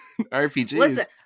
RPGs